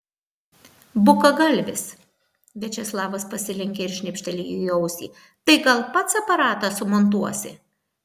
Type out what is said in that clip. bukagalvis viačeslavas pasilenkė ir šnipštelėjo į ausį tai gal pats aparatą sumontuosi